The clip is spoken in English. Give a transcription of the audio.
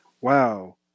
wow